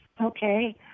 Okay